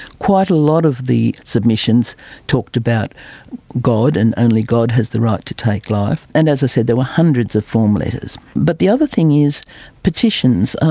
quite a lot of the submissions talked about god and only god has the right to take life. and as i said, there were hundreds of form letters. but the other thing is petitions,